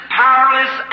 powerless